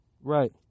Right